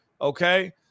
okay